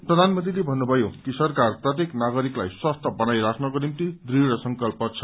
प्रधानमन्त्रीले भन्नुभयो कि सरकार प्रत्येक नागरिकलाई स्वस्थ बनाइ राख्नको निम्ति दृढ़संकल्प छ